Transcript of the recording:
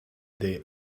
they